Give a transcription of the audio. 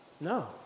No